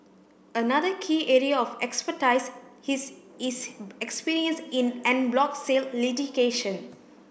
another key area of expertise his is experience in en bloc sale litigation